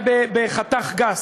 בחתך גס,